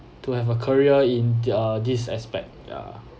to have a career in the uh this aspect ya